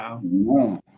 Wow